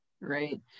right